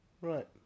Right